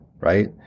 right